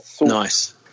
Nice